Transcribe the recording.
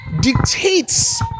dictates